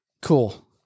Cool